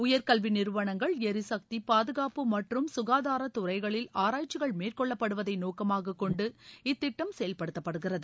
உயர்கல்வி நிறுவனங்கள் எரிசக்தி பாதுகாப்பு மற்றம் சுகாதாரத் துறைகளில் ஆராய்ச்சிகள் மேற்கொள்ளப்படுவதை நோக்கமாகக் கொண்டு இத்திட்டம் செயல்படுத்தப்படுகிறது